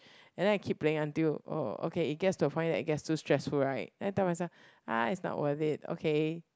and then I keep playing until oh okay it gets to the point that it's too stressful right then I tell myself ah it's not worth it okay